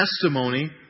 testimony